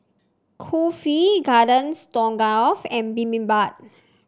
Kulfi Garden Stroganoff and Bibimbap